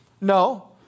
No